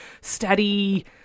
steady